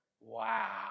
Wow